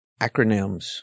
acronyms